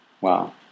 Wow